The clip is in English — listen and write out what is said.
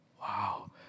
Wow